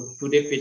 today